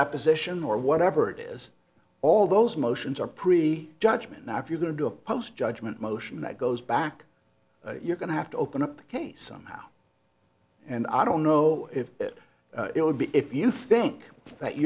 deposition or whatever it is all those motions are pre judgement now if you're going to do a post judgment motion that goes back you're going to have to open up the case somehow and i don't know if it would be if you think that